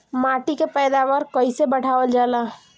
माटी के पैदावार कईसे बढ़ावल जाला?